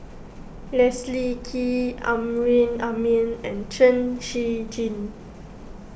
Leslie Kee Amrin Amin and Chen Shiji